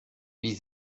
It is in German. wie